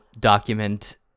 document